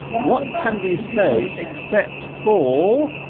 what can we say except for